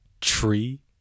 tree